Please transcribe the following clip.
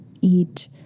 eat